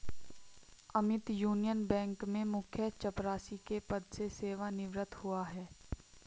Amit union bank में मुख्य चपरासी के पद से सेवानिवृत हुआ है